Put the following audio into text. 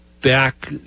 back